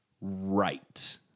right